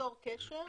צור קשר,